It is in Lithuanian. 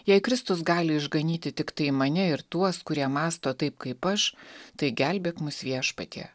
jei kristus gali išganyti tiktai mane ir tuos kurie mąsto taip kaip aš tai gelbėk mus viešpatie